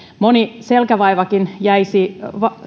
moni selkävaivakin jäisi